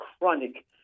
chronic